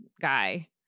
guy